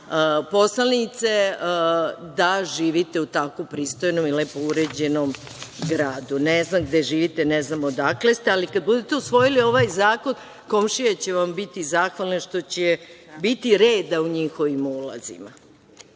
poslanice, da živite u tako pristojnom i lepom uređenom gradu. Ne znam gde živite, ne znam odakle ste, ali kada budete usvojili ovaj zakon komšije će vam biti zahvalne što će biti reda u njihovim ulazima.